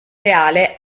reale